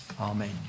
Amen